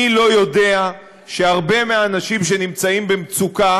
מי לא יודע שהרבה מהאנשים שנמצאים במצוקה